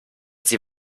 sie